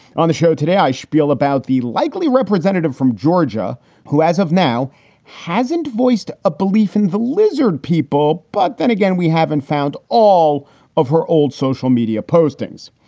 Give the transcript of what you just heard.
on the show today, i spiel about the likely representative from georgia who as of now hasn't voiced a belief in the lizard people. but then again, we haven't found all of her old social media postings.